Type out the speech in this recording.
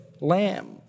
lamb